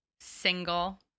single